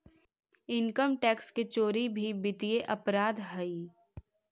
income tax के चोरी भी वित्तीय अपराध हइ